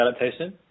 adaptation